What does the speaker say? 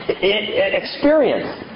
experience